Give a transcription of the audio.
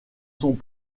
sont